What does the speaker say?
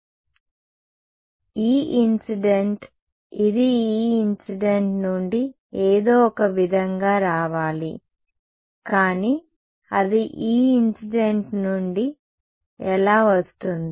E incident ఇది E incident నుండి ఏదో ఒక విధంగా రావాలి కానీ అది E ఇన్సిడెంట్ నుండి ఎలా వస్తుంది